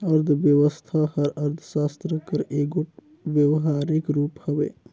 अर्थबेवस्था हर अर्थसास्त्र कर एगोट बेवहारिक रूप हवे